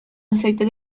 aceite